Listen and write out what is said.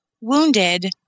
wounded